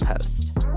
Post